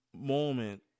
moment